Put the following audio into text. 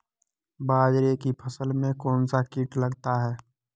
बाजरे की फसल में कौन सा कीट लगता है?